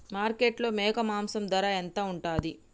మార్కెట్లో మేక మాంసం ధర ఎంత ఉంటది?